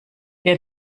wer